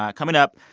um coming up,